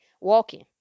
walking